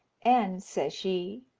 and says she,